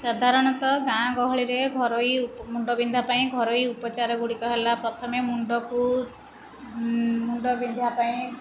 ସାଧାରଣତଃ ଗାଁ ଗହଳିରେ ଘରୋଇ ଉପ୍ ମୁଣ୍ଡବିନ୍ଧା ପାଇଁ ଘରୋଇ ଉପଚାର ଗୁଡ଼ିକ ହେଲା ପ୍ରଥମେ ମୁଣ୍ଡକୁ ମୁଣ୍ଡବିନ୍ଧା ପାଇଁ